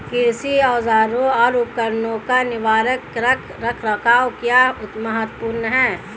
कृषि औजारों और उपकरणों का निवारक रख रखाव क्यों महत्वपूर्ण है?